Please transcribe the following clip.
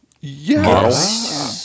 Yes